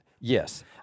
yes